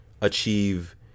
achieve